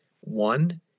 one